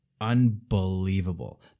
Unbelievable